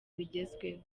bigezweho